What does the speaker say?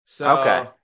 Okay